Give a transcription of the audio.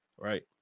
right